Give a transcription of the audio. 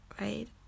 right